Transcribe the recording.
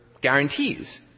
guarantees